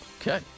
Okay